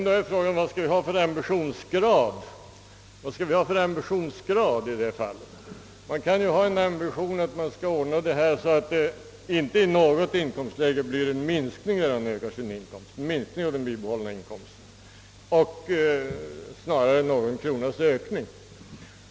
Då är frågan vad man skall ha för ambitionsgrad i detta fall. Man kan ju ha ambitionen att ordna så, att det inte i något inkomstläge när inkomsten ökas blir en minskning av den behållna inkomsten utan snarare några kronors ökning.